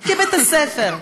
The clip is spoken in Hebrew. כבית-ספר: